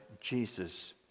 Jesus